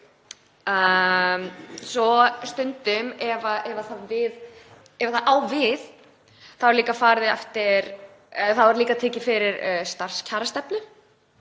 Stundum, ef það á við, er líka tekin fyrir starfskjarastefna